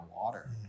water